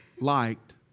liked